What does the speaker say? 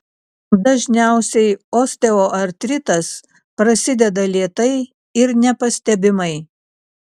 dažniausiai osteoartritas prasideda lėtai ir nepastebimai